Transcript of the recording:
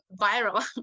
viral